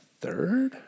third